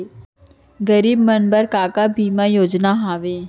गरीब मन बर का का बीमा योजना हावे?